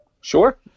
Sure